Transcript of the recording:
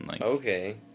Okay